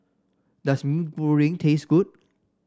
does Mee Goreng taste good